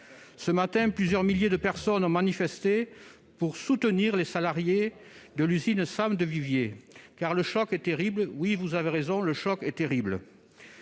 Ce matin, plusieurs milliers de personnes ont manifesté pour soutenir les salariés de l'usine SAM de Viviez, car « le choc est terrible ». Oui, vous avez raison, le choc est terrible.